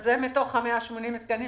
זה מתוך 180 התקנים